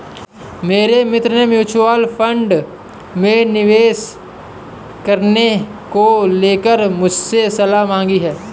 मेरे मित्र ने म्यूच्यूअल फंड में निवेश करने को लेकर मुझसे सलाह मांगी है